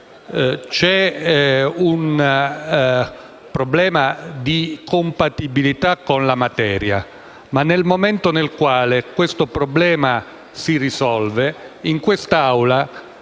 C'è un problema di compatibilità con la materia, ma nel momento in cui questo problema si risolve in quest'Assemblea